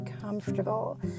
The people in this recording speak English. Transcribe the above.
comfortable